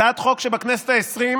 הצעת חוק שבכנסת העשרים,